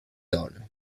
honor